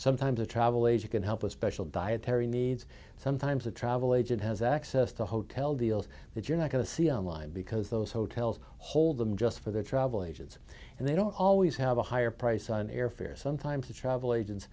sometimes a travel agent can help us special dietary needs sometimes a travel agent has access to hotel deals that you're not going to see online because those hotels hold them just for their travel agents and they don't always have a higher price on airfare sometimes to travel agents